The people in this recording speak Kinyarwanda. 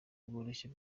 bworoshye